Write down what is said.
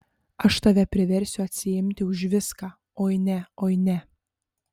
aš tave priversiu atsiimti už viską oi ne oi ne